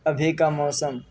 ابھی کا موسم